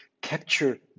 capture